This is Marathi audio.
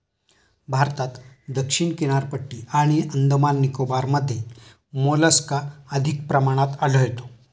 भारतात दक्षिण किनारपट्टी आणि अंदमान निकोबारमध्ये मोलस्का अधिक प्रमाणात आढळतो